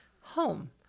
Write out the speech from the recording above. home